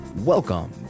Welcome